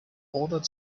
ordered